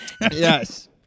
Yes